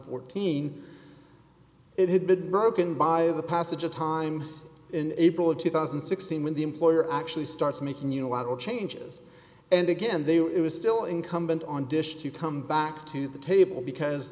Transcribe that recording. fourteen it had been broken by the passage of time in april of two thousand and sixteen when the employer actually starts making unilateral changes and again they were it was still incumbent on dish to come back to the table because